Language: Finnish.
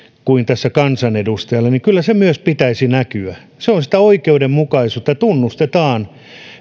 kuin tässä kansanedustajalla niin kyllä sen myös pitäisi näkyä se on sitä oikeudenmukaisuutta että tunnustetaan